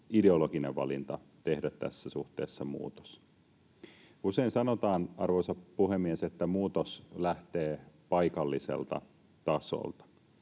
ideologinen valinta tehdä tässä suhteessa muutos. Usein sanotaan, arvoisa puhemies, että muutos lähtee paikalliselta tasolta.